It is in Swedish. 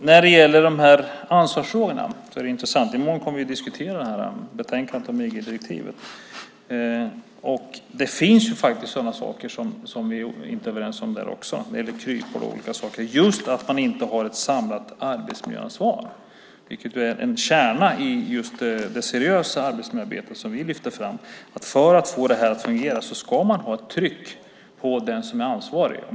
Fru talman! De här ansvarsfrågorna är intressanta. I morgon kommer vi att diskutera betänkandet om EG-direktivet. Det finns faktiskt saker där också som vi inte är överens om. Det gäller kryphål och olika saker. Det handlar just om att man inte har ett samlat arbetsmiljöansvar, vilket är en kärna i det seriösa arbetsmiljöarbete som vi lyfter fram. För att få det här att fungera ska man ha ett tryck på den som är ansvarig.